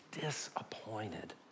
disappointed